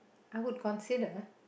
I would consider